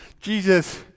Jesus